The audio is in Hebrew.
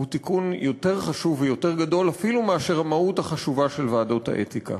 הוא תיקון יותר חשוב ויותר גדול אפילו מהמהות החשובה של ועדות האתיקה.